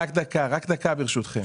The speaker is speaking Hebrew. רק דקה, רק דקה ברשותכם.